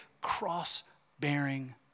cross-bearing